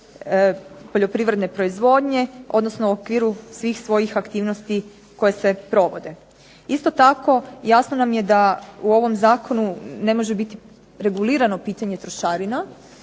poljoprivredne proizvodnje, odnosno u okviru svih svojih aktivnosti koje se provode. Isto tako, jasno nam je da u ovom zakonu ne može biti regulirano pitanje trošarina